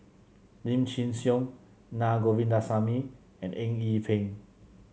Lim Chin Siong Naa Govindasamy and Eng Yee Peng